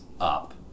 up